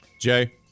Jay